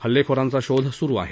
हल्लेखोरांचा शोध सुरु आहे